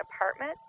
apartment